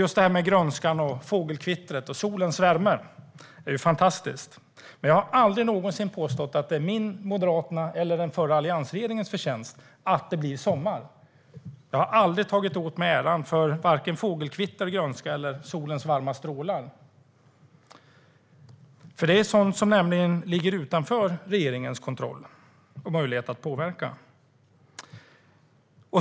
Just det här med grönskan, fågelkvittret och solens värme är ju fantastiskt. Men jag har aldrig någonsin påstått att det är min, Moderaternas eller den förra alliansregeringens förtjänst att det blir sommar. Jag har aldrig tagit åt mig äran för vare sig fågelkvitter, grönska eller solens varma strålar. Det är nämligen sådant som ligger utanför regeringens kontroll och möjlighet att påverka.